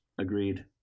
Agreed